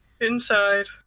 Inside